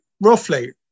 roughly